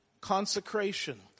consecration